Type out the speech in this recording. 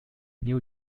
new